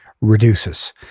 reduces